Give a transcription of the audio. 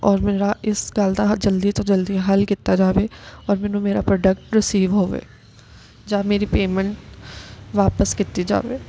ਔਰ ਮੇਰਾ ਇਸ ਗੱਲ ਦਾ ਜਲਦੀ ਤੋਂ ਜਲਦੀ ਹੱਲ ਕੀਤਾ ਜਾਵੇ ਔਰ ਮੈਨੂੰ ਮੇਰਾ ਪ੍ਰੋਡਕਟ ਰਿਸੀਵ ਹੋਵੇ ਜਾਂ ਮੇਰੀ ਪੇਮੈਂਟ ਵਾਪਸ ਕੀਤੀ ਜਾਵੇ